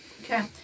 Okay